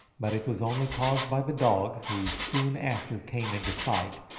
but it was only caused by the dog, who soon after came into sight,